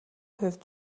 хувь